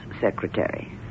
secretary